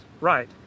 right